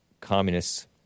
communists